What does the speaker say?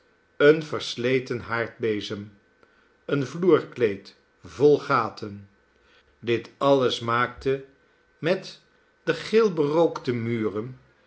een versleten haardbezem een vloerkleed vol gaten dit alles maakte met de geel berookte muren